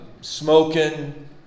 smoking